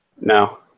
No